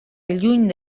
lluny